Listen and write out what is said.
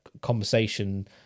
conversation